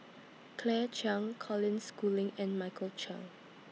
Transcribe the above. Claire Chiang Colin Schooling and Michael Chiang